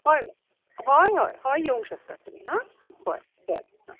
हय हय हय हय येवंक शकतात तुमी हा बरें बरें आ